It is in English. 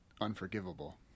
unforgivable